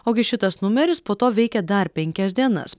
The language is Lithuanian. ogi šitas numeris po to veikė dar penkias dienas